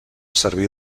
servir